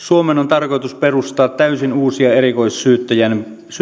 tarkoitus perustaa täysin uusia erikoissyyttäjien